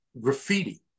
graffiti